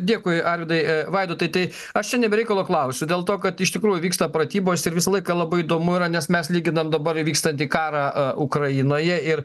dėkui arvydai vaidotai tai aš čia ne be reikalo klausiu dėl to kad iš tikrųjų vyksta pratybos ir visą laiką labai įdomu yra nes mes lyginam dabar vykstantį karą ukrainoje ir